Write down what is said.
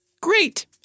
Great